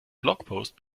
blogpost